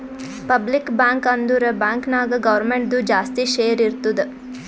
public bank ಅಂದುರ್ bank ನಾಗ್ ಗೌರ್ಮೆಂಟ್ದು ಜಾಸ್ತಿ ಶೇರ್ ಇರ್ತುದ್